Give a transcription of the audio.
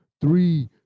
three